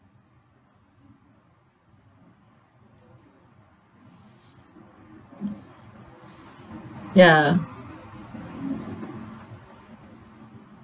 ya